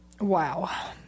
wow